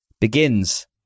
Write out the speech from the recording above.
begins